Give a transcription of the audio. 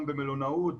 גם במלונאות,